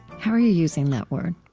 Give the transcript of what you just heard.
how are you using that word?